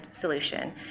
solution